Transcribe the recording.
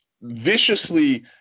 viciously